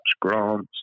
grants